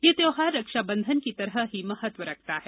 यह त्यौहार रक्षाबंधन की तरह ही महत्व रखता है